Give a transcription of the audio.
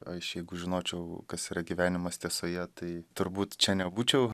aš jeigu žinočiau kas yra gyvenimas tiesoje tai turbūt čia nebūčiau